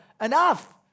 Enough